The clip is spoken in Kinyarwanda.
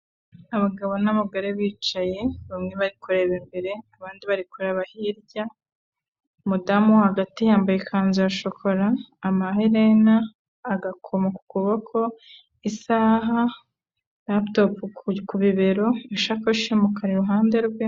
Abagabo n'abagore bicaye bamwe bari kureba imbere abandi bari kureba hirya, umudamu wo hagati yambaye ikanzu ya shokora, amaherena agakomo ku kuboko, isaha, raputopu ku bibero, isakoshi y'umukara iruhande rwe.